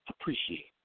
appreciate